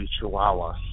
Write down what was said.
chihuahua